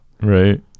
Right